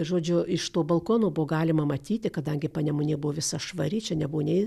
žodžiu iš to balkono buvo galima matyti kadangi panemunė buvo visa švari čia nebuvo nei